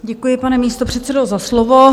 Děkuji, pane místopředsedo, za slovo.